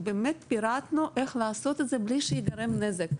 פירטנו איך לעשות את זה בלי שייגרם נזק.